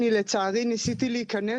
לצערי ניסיתי להיכנס,